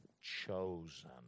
chosen